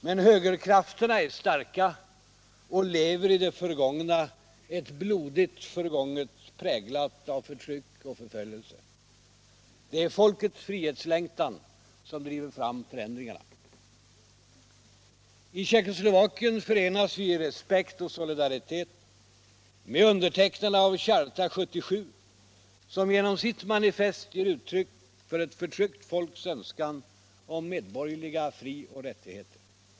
Men högerkrafterna är starka och lever i det förgångna, ett blodigt förgånget, präglat av förtryck och förföljelse. Det är folkets frihetslängtan som driver fram förändringarna. I fråga om Tjeckoslovakien förenas vi i respekt och solidaritet med undertecknarna av Charta 77, som genom sitt manifest ger uttryck för ett förtryckt folks önskan om medborgerliga fri-och rättigheter.